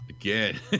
Again